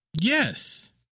Yes